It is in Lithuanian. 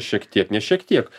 šiek tiek ne šiek tiek